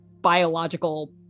biological